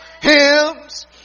hymns